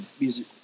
music